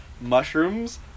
mushrooms